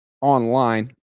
online